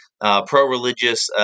pro-religious